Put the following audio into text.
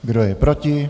Kdo je proti?